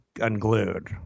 unglued